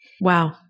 Wow